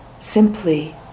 simply